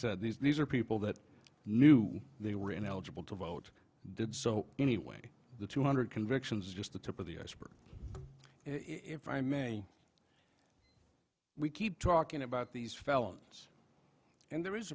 said these are people that knew they were ineligible to vote did so anyway the two hundred convictions just the tip of the iceberg if i may we keep talking about these felons and there is